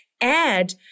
add